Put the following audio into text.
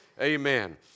amen